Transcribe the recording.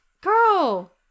Girl